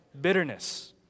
bitterness